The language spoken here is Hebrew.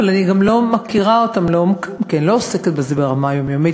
אבל אני גם לא מכירה אותם כי אני לא עוסקת בזה ברמה היומיומית,